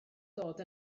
dod